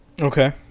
Okay